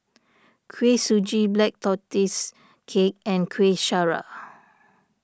Kuih Suji Black Tortoise Cake and Kueh Syara